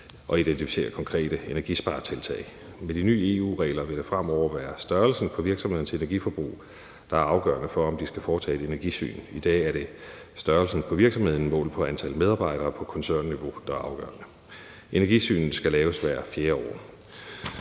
og identificere konkrete energisparetiltag. Med de nye EU-regler vil det fremover være størrelsen på virksomhedens energiforbrug, der er afgørende for, om de skal foretage et energisyn. I dag er det størrelsen på virksomheden målt på antal medarbejdere på koncernniveau, der er afgørende. Energisynet skal laves hvert fjerde år.